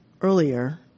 earlier